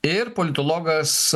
ir politologas